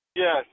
Yes